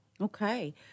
Okay